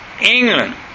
England